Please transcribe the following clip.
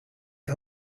het